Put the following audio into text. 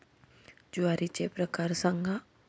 ज्वारीचे प्रकार सांगा